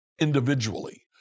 individually